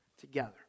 together